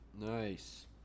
Nice